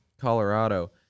Colorado